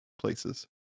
places